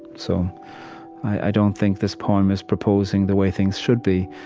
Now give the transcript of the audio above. so i don't think this poem is proposing the way things should be,